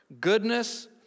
goodness